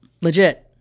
legit